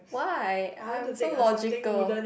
why I'm so logical